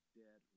dead